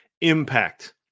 impact